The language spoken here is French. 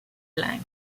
lynx